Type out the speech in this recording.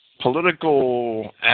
political